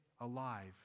alive